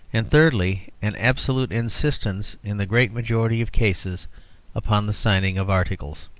and thirdly, an absolute insistence in the great majority of cases upon the signing of articles.